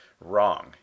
wrong